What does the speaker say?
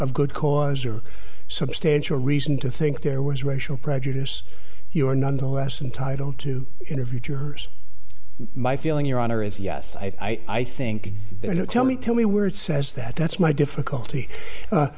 of good cause or substantial reason to think there was racial prejudice you were nonetheless entitle to interview jurors my feeling your honor is yes i i think there are no tell me tell me where it says that that's my difficulty